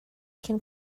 cyn